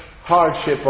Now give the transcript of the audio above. hardship